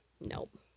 nope